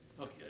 Okay